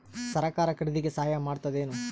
ಸರಕಾರ ಖರೀದಿಗೆ ಸಹಾಯ ಮಾಡ್ತದೇನು?